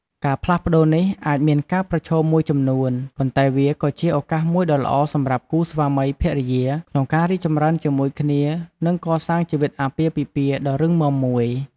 ការផ្លាស់ប្តូរនេះអាចមានការប្រឈមមួយចំនួន ប៉ុន្តែវាក៏ជាឱកាសមួយដ៏ល្អសម្រាប់គូស្វាមីភរិយា ក្នុងការរីកចម្រើនជាមួយគ្នា និងកសាងជីវិតអាពាហ៍ពិពាហ៍ដ៏រឹងមាំមួយ។